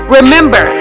Remember